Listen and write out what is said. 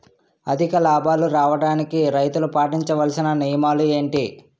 అధిక లాభాలు రావడానికి రైతులు పాటించవలిసిన నియమాలు ఏంటి